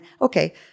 okay